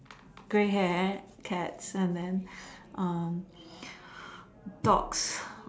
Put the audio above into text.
gray hair cats and then um dogs